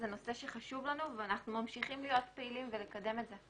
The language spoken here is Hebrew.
זה נושא שחשוב לנו ואנחנו ממשיכים להיות פעילים ולקדם את זה.